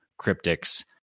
cryptics